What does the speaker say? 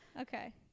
Okay